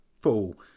full